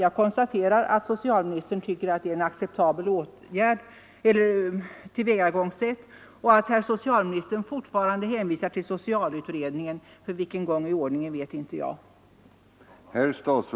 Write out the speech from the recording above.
Jag konstaterar att socialministern tycker att det är ett acceptabelt tillvägagångssätt och att socialministern fortfarande hänvisar till socialutredningen — för vilken gång i ordningen vet jag inte.